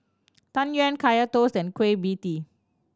Tang Yuen Kaya Toast and Kueh Pie Tee